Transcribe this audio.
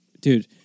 dude